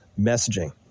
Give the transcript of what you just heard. messaging